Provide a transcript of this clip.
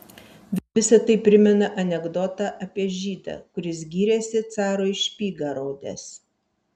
visa tai primena anekdotą apie žydą kuris gyrėsi carui špygą rodęs